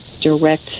direct